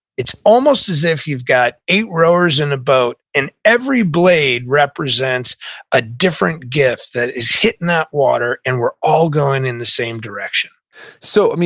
it's almost as if you've got eight rowers in a boat and every blade represents a different gift that is hitting that water, and we're all going in the same direction so,